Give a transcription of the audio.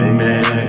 man